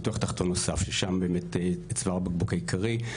ניתוח תחתון נוסף ששם באמת זה צוואר הבקבוק העיקרי.